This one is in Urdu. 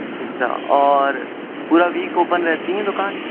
اچھا اچھا اور پورا ویک اوپن رہتی ہیں دکان